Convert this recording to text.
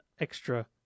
extra